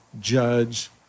judge